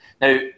Now